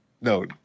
No